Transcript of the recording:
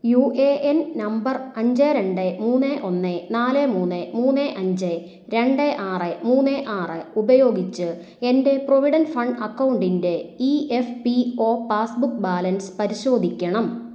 U A N number അഞ്ച് രണ്ട് മൂന്ന് ഒന്ന് നാല് മൂന്ന് മൂന്ന് അഞ്ച് രണ്ട് ആറ് മൂന്ന് ആറ് ഉപയോഗിച്ച് എൻ്റെ പ്രൊവിഡൻ്റ് ഫണ്ട് അക്കൗണ്ടിൻ്റെ E F P O passbook balance പരിശോധിക്കണം